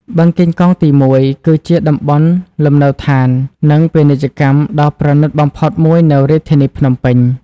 បឹងកេងកងទី១ គឺជាតំបន់លំនៅឋាន និងពាណិជ្ជកម្មដ៏ប្រណិតបំផុតមួយនៅរាជធានីភ្នំពេញ។